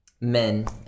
men